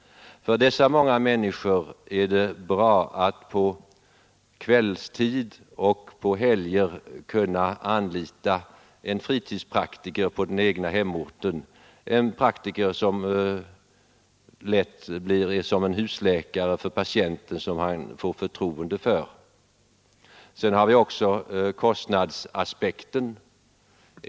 För dessa många människor är det bra att på kvällstid och på helger kunna anlita en fritidspraktiker på den egna hemorten, en praktiker som ofta blir en husläkare för patienterna och som de har förtroende för. 121 Sedan har vi också kostnadsaspekten.